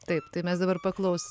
taip tai mes dabar paklaus